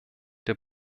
der